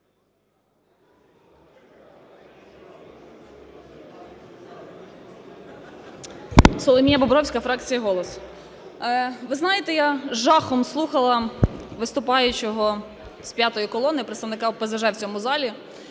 Соломія Бобровська, фракція "Голос". Ви знаєте, я з жахом слухала виступаючого з "п'ятої колони", представника ОПЗЖ в цьому залі.